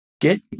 Get